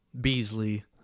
Beasley